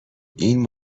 این